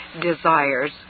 desires